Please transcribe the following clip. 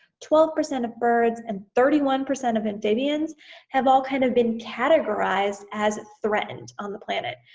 twelve percent of birds, and thirty one percent of amphibians have all kind of been categorized as threatened on the planet,